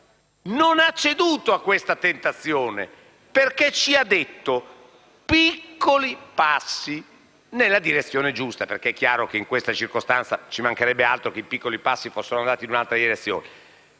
Non ha ceduto a questa tentazione, perché ha parlato di «piccoli passi» nella direzione giusta (perché è chiaro che in questa circostanza ci mancherebbe altro che i piccoli passi fossero andati in un'altra direzione).